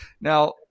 Now